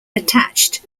attached